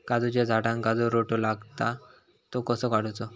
काजूच्या झाडांका जो रोटो लागता तो कसो काडुचो?